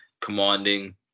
commanding